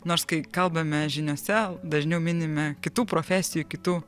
nors kai kalbame žiniose dažniau minime kitų profesijų kitų